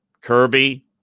Kirby